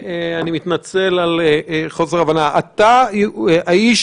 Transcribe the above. אני מתנצל על חוסר ההבנה אתה האיש